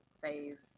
Phase